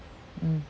mm